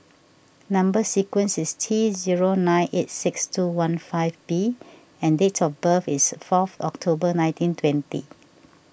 Number Sequence is T zero nine eight six two one five B and date of birth is fourth October nineteen twenty